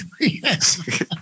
yes